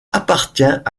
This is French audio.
appartient